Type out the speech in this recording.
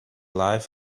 life